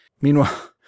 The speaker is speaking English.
Meanwhile